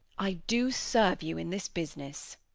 i do serve you in this business.